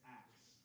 acts